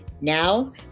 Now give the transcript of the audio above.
Now